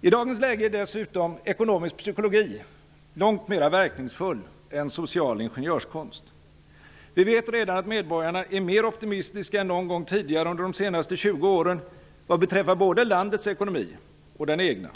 I dagens läge är dessutom ekonomisk psykologi långt mera verkningsfull än social ingenjörskonst. Vi vet redan att medborgarna är mer optimistiska än någon gång tidigare under de senaste 20 åren vad beträffar både landets ekonomi och den egna.